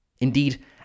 Indeed